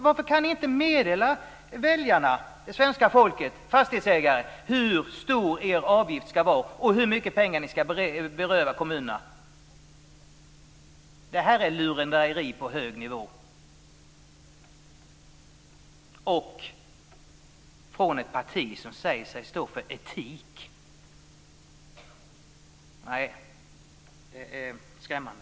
Varför kan ni inte meddela väljarna, svenska folket och fastighetsägarna hur stor er avgift ska vara och hur mycket pengar ni ska beröva kommunerna? Det här är lurendrejeri på hög nivå, och det kommer från ett parti som säger sig stå för etik. Det är skrämmande.